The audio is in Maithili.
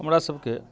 हमरा सबके